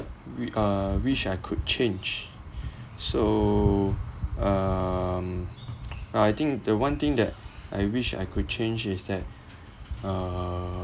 wi~ uh wish I could change so um I I think the one thing that I wish I could change is that uh